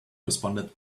responded